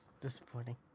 disappointing